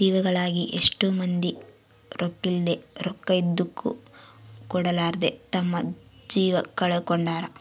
ದಿವಾಳಾಗಿ ಎಷ್ಟೊ ಮಂದಿ ರೊಕ್ಕಿದ್ಲೆ, ರೊಕ್ಕ ಹಿಂದುಕ ಕೊಡರ್ಲಾದೆ ತಮ್ಮ ಜೀವ ಕಳಕೊಂಡಾರ